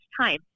time